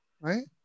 right